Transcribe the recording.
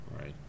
right